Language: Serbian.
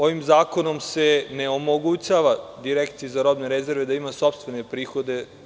Ovim zakonom se ne omogućava Direkciji za robne rezerve da ima sopstvene prihode.